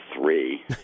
three